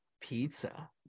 pizza